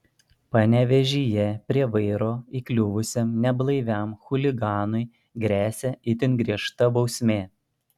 panevėžyje prie vairo įkliuvusiam neblaiviam chuliganui gresia itin griežta bausmė